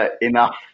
enough